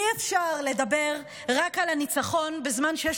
אי-אפשר לדבר רק על הניצחון בזמן שיש